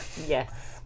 Yes